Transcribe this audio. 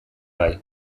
bai